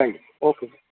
thank you okay